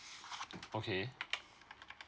okay